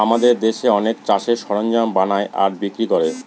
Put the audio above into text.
আমাদের দেশে অনেকে চাষের সরঞ্জাম বানায় আর বিক্রি করে